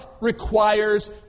requires